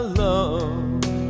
love